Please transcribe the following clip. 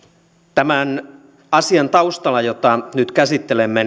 tämän asian taustalla jota nyt käsittelemme